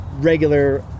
Regular